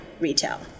retail